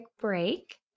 break